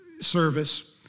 service